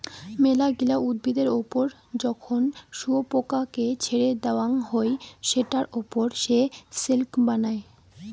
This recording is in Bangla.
মেলাগিলা উদ্ভিদের ওপর যখন শুয়োপোকাকে ছেড়ে দেওয়াঙ হই সেটার ওপর সে সিল্ক বানায়